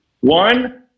One